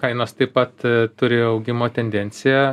kainos taip pat turi augimo tendenciją